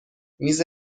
میز